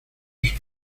sus